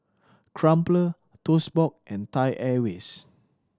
Crumpler Toast Box and Thai Airways